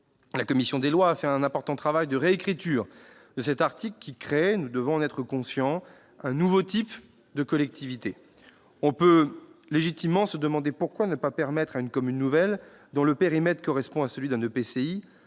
La commission des lois a fait un important travail de réécriture de cet article qui crée, nous devons en être conscients, un nouveau type de collectivité. On peut légitimement se demander pourquoi on ne permettrait pas à une commune nouvelle dont le périmètre correspond à celui d'un EPCI